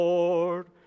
Lord